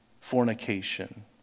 fornication